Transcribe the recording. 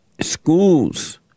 schools